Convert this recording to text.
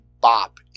Bop